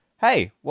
hey